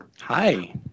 Hi